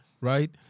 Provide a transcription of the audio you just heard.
right